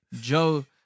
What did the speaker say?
Joe